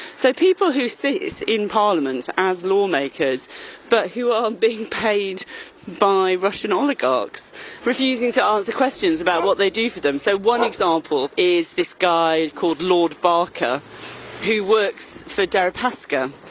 so people who sit in parliaments as lawmakers but who are being paid by russian oligarchs refusing to um answer questions about what they do for them. so one example is this guy called lord barker who works for deripaska,